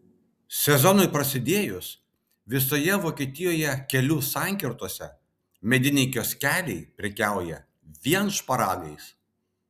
sezonui prasidėjus visoje vokietijoje kelių sankirtose mediniai kioskeliai prekiauja vien šparagais